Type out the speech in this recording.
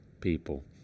people